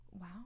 Wow